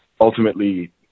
ultimately